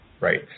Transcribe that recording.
right